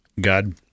God